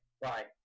bye